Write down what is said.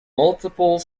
multiple